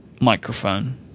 microphone